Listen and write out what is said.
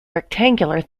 rectangular